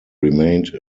remained